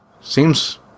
seems